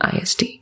IST